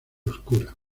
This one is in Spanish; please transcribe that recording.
oscura